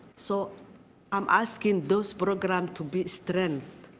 so i'm asking those programs to be strength.